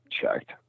checked